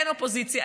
אין אופוזיציה,